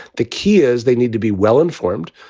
the key is they need to be well-informed.